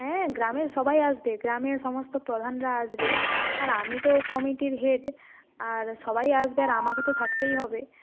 হ্যাঁ গ্রামের সবাই আসবে গ্রামের সমস্ত প্রধানরা আসবে আর আমি তো কমিটির হেড আর সবাই আসবে আর আমাকে তো থাকতেই হবে